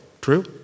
True